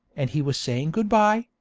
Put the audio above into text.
and he was saying good-bye,